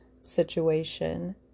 situation